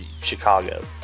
Chicago